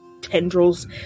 tendrils